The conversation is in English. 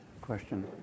Question